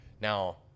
now